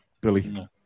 Billy